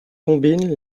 combine